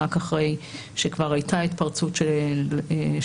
רק אחרי שכבר הייתה התפרצות של תחלואת